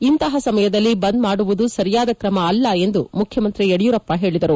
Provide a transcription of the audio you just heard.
ಇಂತಹ ಸಮಯದಲ್ಲಿ ಬಂದ್ ಮಾಡುವುದು ಸರಿಯಾದ ಕ್ರಮ ಅಲ್ಲ ಎಂದು ಮುಖ್ಯಮಂತ್ರಿ ಯಡಿಯೂರಪ್ಪ ಹೇಳಿದರು